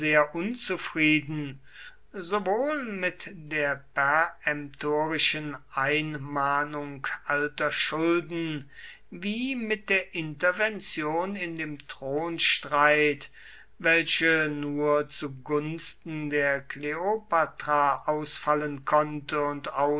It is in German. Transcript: unzufrieden sowohl mit der peremtorischen einmahnung alter schulden wie mit der intervention in dem thronstreit welche nur zu gunsten der kleopatra ausfallen konnte und